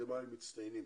לאקדמאים מצטיינים.